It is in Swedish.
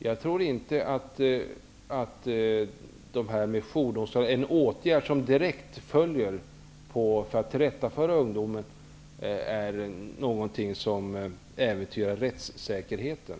Jag tror inte att jourdomstolar -- att direkt tillrättavisa ungdomen -- är någonting som äventyrar rättssäkerheten.